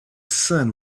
sun